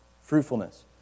fruitfulness